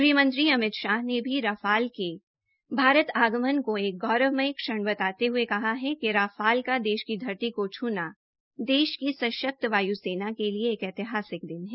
गृहमंत्री अमित शाह ने भी राफाल के भारत को एक गौरवमय क्षण बताते हुये कहा कि राफाल का देश की धरती को छूना देश की सशक्त वायुसेना के लिए एक ऐतिहासिक दिन है